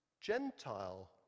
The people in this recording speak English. Gentile